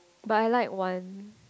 but I like one